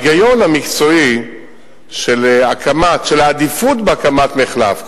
ההיגיון המקצועי של העדיפות בהקמת מחלף,